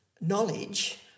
knowledge